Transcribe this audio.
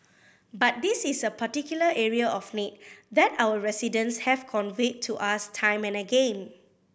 but this is a particular area of need that our residents have conveyed to us time and again